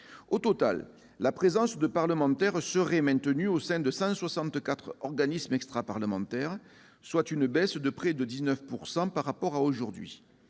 Au total, la présence de parlementaires serait maintenue au sein de cent soixante-quatre organismes extraparlementaires, soit une baisse de près de 19 % par rapport à aujourd'hui.